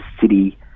city